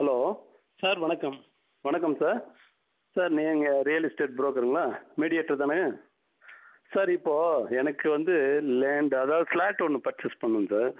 hello sir வணக்கம் வணக்கம் sir sir நீங்கள் ரியல் எஸ்டேட் புரோக்கருங்களா மீடியேட்டர் தானே சார் இப்போ எனக்கு வந்து லேண்டு அதாவது ஃபிளாட் ஒன்று பர்ச்சேஸ் பண்ணணும் சார்